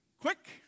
quick